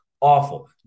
Awful